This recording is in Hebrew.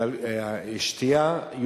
יותר לשתייה,